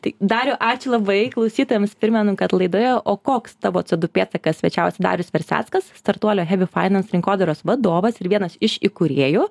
tai dariau ačiū labai klausytojams primenu kad laidoje o koks tavo c o du pėdsakas svečiavosi darius verseckas startuolio hebifainans rinkodaros vadovas ir vienas iš įkūrėjų